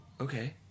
okay